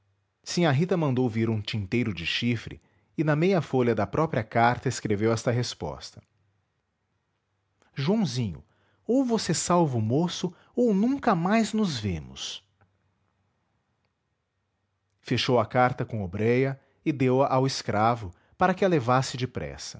ele sinhá rita mandou vir um tinteiro de chifre e na meia folha da própria carta escreveu esta resposta joãozinho ou você salva o moço ou nunca mais nos vemos fechou a carta com obreia e deu a ao escravo para que a levasse depressa